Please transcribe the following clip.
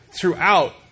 throughout